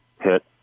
hit